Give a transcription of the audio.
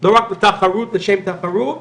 לא רק לתחרות לשם תחרות,